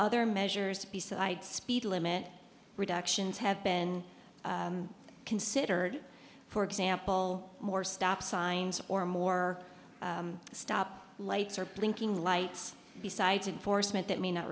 other measures besides speed limit reductions have been considered for example more stop signs or more stop lights or blinking lights besides enforcement that may not